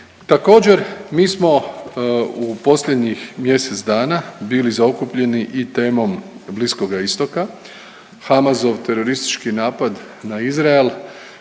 Također mi smo u posljednjih mjesec dana bili zaokupljeni i temom bliskoga istoka. Hamazov teroristički napad na Izrael